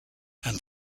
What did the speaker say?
and